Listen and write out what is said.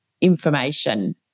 information